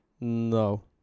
No